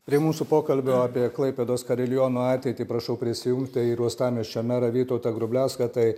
prie mūsų pokalbio apie klaipėdos kariliono ateitį prašau prisijungti ir uostamiesčio merą vytautą grubliauską tai